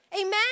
Amen